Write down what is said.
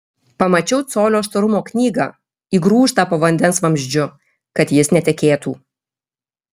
pamačiau colio storumo knygą įgrūstą po vandens vamzdžiu kad jis netekėtų